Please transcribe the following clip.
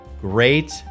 Great